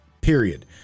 Period